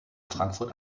frankfurt